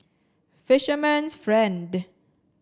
fisherman's friend